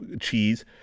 cheese